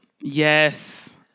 Yes